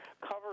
cover